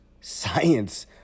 science